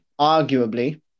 arguably